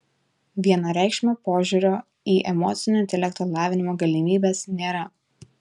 vienareikšmio požiūrio į emocinio intelekto lavinimo galimybes nėra